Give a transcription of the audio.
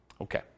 Okay